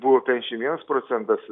buvo penkdešimt vienas procentas